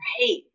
Right